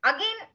Again